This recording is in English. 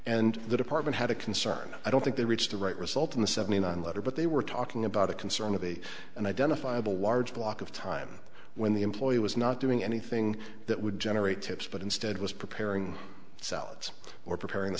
and the department had a concern i don't think they reached the right result in the seventy nine letter but they were talking about a concern of a an identifiable large block of time when the employee was not doing anything that would generate tips but instead was preparing themselves or preparing the